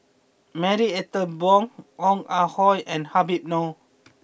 Marie Ethel Bong Ong Ah Hoi and Habib Noh